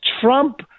Trump